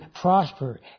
prosper